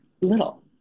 little